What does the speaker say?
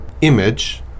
image